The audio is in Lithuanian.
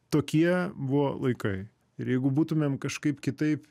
tokie buvo laikai ir jeigu būtumėm kažkaip kitaip